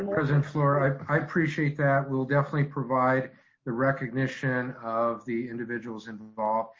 um president flour, i i appreciate that. we'll definitely provide the recognition of the individuals involved.